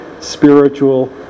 spiritual